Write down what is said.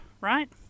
right